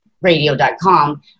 Radio.com